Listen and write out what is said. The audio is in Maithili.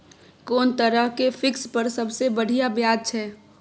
कोन तरह के फिक्स पर सबसे बढ़िया ब्याज छै?